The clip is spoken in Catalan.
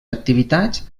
activitats